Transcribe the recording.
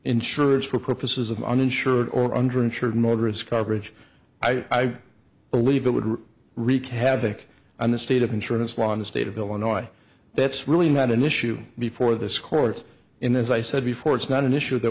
insurance for purposes of uninsured or underinsured motorist coverage i believe it would wreak havoc on the state of insurance law in the state of illinois that's really not an issue before this court's in the as i said before it's not an issue that